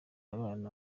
abana